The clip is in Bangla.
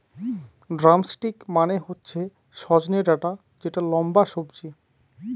ড্রামস্টিক মানে হচ্ছে সজনে ডাটা যেটা লম্বা সবজি